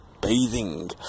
bathing